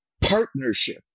Partnership